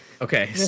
Okay